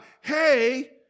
hey